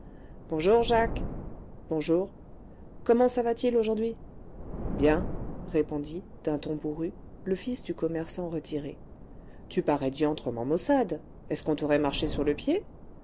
bonjour jacques bonjour comment ça va-t-il aujourd'hui bien répondit d'un ton bourru le fils du commerçant retiré tu parais diantrement maussade est-ce qu'on t'aurait marche sur le pied